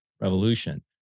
revolution